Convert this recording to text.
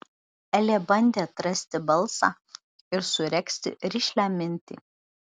elė bandė atrasti balsą ir suregzti rišlią mintį